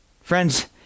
Friends